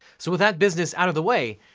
so with that business out of the way,